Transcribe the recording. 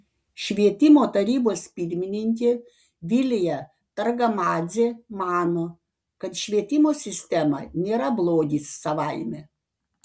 švietimo tarybos pirmininkė vilija targamadzė mano kad švietimo sistema nėra blogis savaime